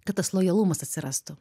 kad tas lojalumas atsirastų